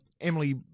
Emily